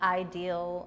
ideal